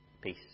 peace